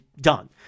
Done